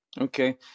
Okay